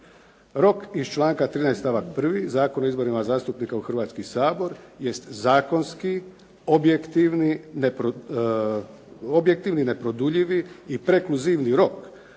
Rok iz članka 13. stavak 1. Zakon o izborima zastupnika u Hrvatski sabor jest zakonski, objektivni, neproduljivi i prekluzivni rok